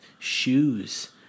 shoes